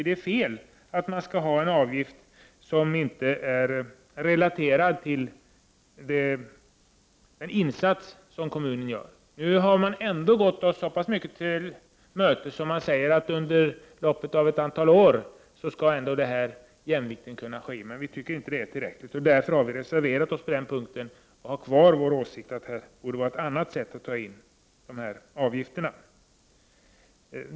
Det är fel att man skall ha en avgift som inte är relaterad till den insats som kommunen gör. Nu har regeringen ändå gått oss så pass mycket till mötes att den säger att jämvikten ändå skall uppnås inom ett antal år, men vi tycker inte att detta är tillräckligt. Vi har därför reserverat oss på den punkten, och vår åsikt står fast. Det borde finnas ett annat sätt att ta in dessa avgifter.